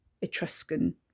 etruscan